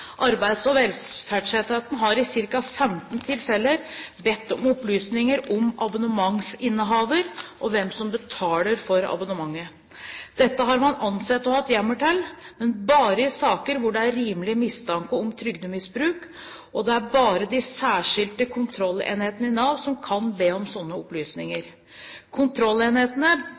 Arbeids- og velferdsetaten har i ca. 15 tilfeller bedt om opplysninger om abonnementsinnehaver og hvem som betaler for abonnementet. Dette har man ansett å ha hjemmel til, men bare i saker hvor det er rimelig mistanke om trygdemisbruk, og det er bare de særskilte kontrollenhetene i Nav som kan be om slike opplysninger. Kontrollenhetene